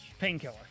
Painkiller